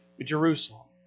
Jerusalem